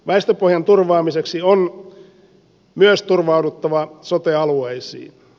väestöpohjan turvaamiseksi on myös turvauduttava sote alueisiin